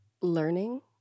learning